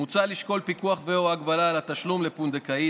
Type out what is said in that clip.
מוצע לשקול פיקוח ו/או הגבלה על התשלום לפונדקאית.